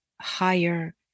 higher